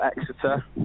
exeter